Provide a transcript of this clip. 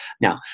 Now